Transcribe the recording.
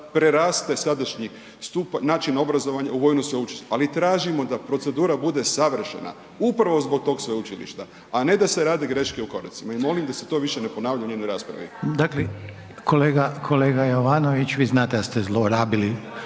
preraste sadašnji način obrazovanja u vojno sveučilište, ali tražimo da procedura bude savršena upravo zbog tog sveučilišta, a ne da se rade greške u koracima i molim da se to više ne ponavlja ni u jednoj raspravi. **Reiner, Željko (HDZ)** Dakle, kolega, kolega Jovanović, vi znate da ste zlorabili